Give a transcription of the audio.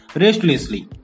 restlessly